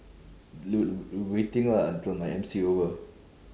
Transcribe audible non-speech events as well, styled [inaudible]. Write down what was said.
[noise] waiting ah until my M_C over